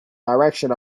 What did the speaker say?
direction